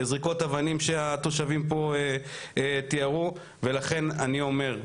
זריקות אבנים שהתושבים פה תיארו ולכן אני אומר,